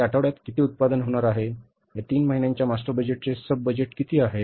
या आठवड्यात किती उत्पादन होणार आहे या तीन महिन्यांच्या मास्टर बजेटचे सब बजेट कितीआहे